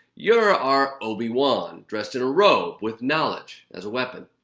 you're our obi-wan, dressed in a robe with knowledge as a weapon.